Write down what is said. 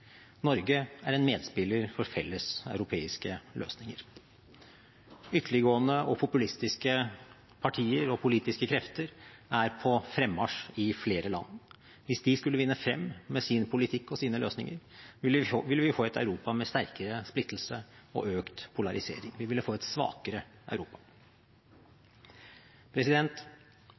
Norge er en medspiller for felles europeiske løsninger. Ytterliggående og populistiske partier og politiske krefter er på fremmarsj i flere land. Hvis de skulle vinne frem med sin politikk og sine løsninger, ville vi få et Europa med sterkere splittelse og økt polarisering. Vi ville få et svakere